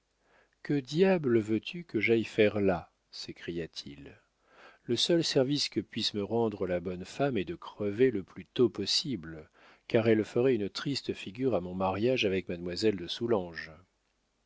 que diable veux-tu que j'aille faire là s'écria-t-il le seul service que puisse me rendre la bonne femme est de crever le plus tôt possible car elle ferait une triste figure à mon mariage avec mademoiselle de